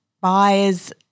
buyers